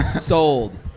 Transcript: Sold